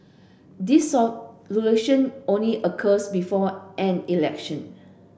dissolution only occurs before an election